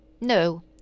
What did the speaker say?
no